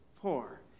poor